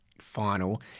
final